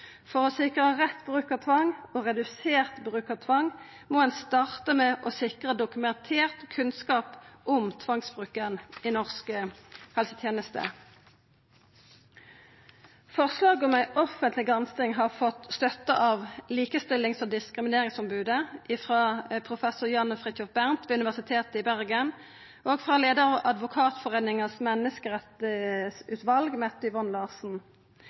For å sikra rett bruk av tvang og redusert bruk av tvang må ein starta med å sikra dokumentert kunnskap om tvangsbruken i norsk helseteneste. Forslaget om ei offentleg gransking har fått støtte frå Likestillings- og diskrimineringsombodet, frå professor Jan Fridthjof Bernt ved Universitet i Bergen og frå leiaren av menneskerettsutvalet til Advokatforeningen, Mette Yvonne Larsen.